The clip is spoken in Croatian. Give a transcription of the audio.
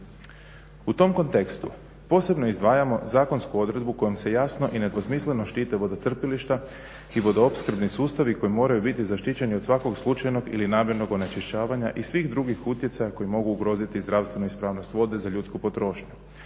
U tom kontekstu posebno izdvajamo zakonsku odredbu kojom se jasno i nedvosmisleno štite vodocrpilišta i vodoopskrbni sustavi koji moraju biti zaštićeni od svakog slučajnog ili namjernog onečišćavanja i svih drugih utjecaja koji mogu ugroziti zdravstvenu ispravnost vode za ljudsku potrošnju,